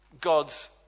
God's